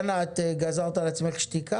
דנה, את גזרת על עצמך שתיקה?